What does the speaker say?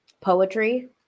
poetry